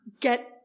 get